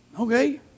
Okay